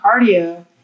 cardio